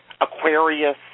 Aquarius